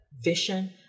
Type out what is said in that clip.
vision